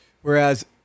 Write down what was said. Whereas